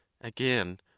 Again